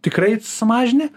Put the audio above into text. tikrai sumažini